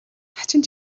хачин